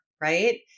right